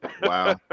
Wow